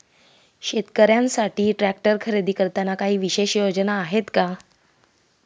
शेतकऱ्यांसाठी ट्रॅक्टर खरेदी करताना काही विशेष योजना आहेत का?